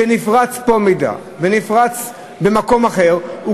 שפה נפרץ מאגר מידע ונפרץ במקום אחר,